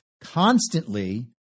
constantly